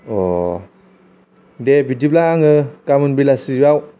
दे बिदिब्ला आङो गाबोन बेलासियाव